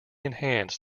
enhances